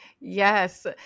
Yes